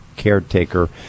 caretaker